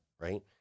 right